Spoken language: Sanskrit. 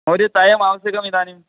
महोदय चायम् आवश्यकम् इदानीम्